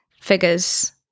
figures